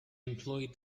employed